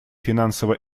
финансово